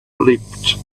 leapt